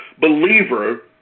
believer